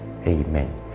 Amen